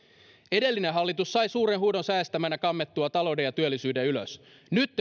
edellinen hallitus sai suuren huudon säestämänä kammettua talouden ja työllisyyden ylös nyt